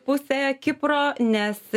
pusę kipro nes